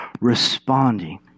responding